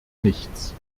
nichts